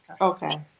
Okay